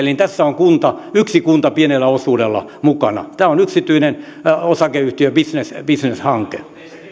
niin tässä on yksi kunta pienellä osuudella mukana tämä on yksityisen osakeyhtiön bisneshanke bisneshanke